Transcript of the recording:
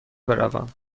بروم